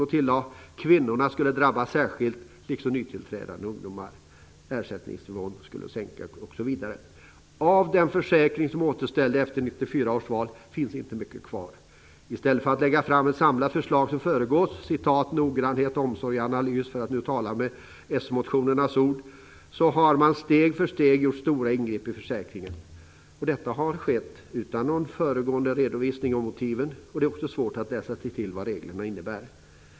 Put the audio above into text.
Man tillade: Kvinnorna skulle drabbas särskilt, liksom nytillträdande ungdomar. Av den försäkring som återställdes efter 1994 års val finns inte mycket kvar. I stället för att lägga fram ett samlat förslag som föregåtts av noggrannhet, omsorg och analys, för att tala med s-motionärernas ord, har man steg för steg gjort stora ingrepp i försäkringen. Detta har skett utan någon föregående redovisning av motiven. Det är också svårt att läsa sig till vad reglerna innebär.